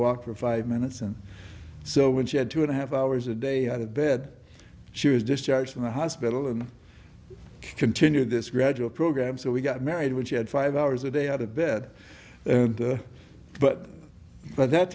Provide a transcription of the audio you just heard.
walk for five minutes and so when she had two and a half hours a day out of bed she was discharged from the hospital and continue this gradual program so we got married when she had five hours a day out of bed but by that